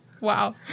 Wow